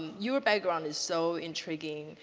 your background is so intriguing.